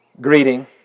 greeting